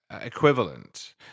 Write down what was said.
equivalent